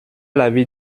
l’avis